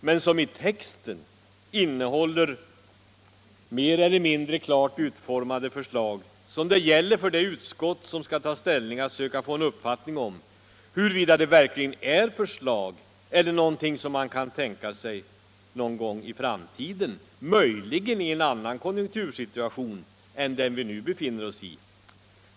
Men i texten innehåller de mer eller mindre klart utformade förslag. Det gäller för det utskott som skall ta ställning till dem att söka få en uppfattning om huruvida det verkligen är förslag eller någonting som man kan tänka sig någon gång i framtiden, möjligen i en annan konjunktursituation än den vi nu befinner oss i.